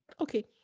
Okay